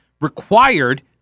required